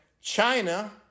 China